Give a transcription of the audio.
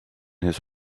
his